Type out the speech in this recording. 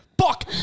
Fuck